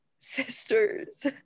sisters